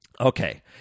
Okay